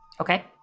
okay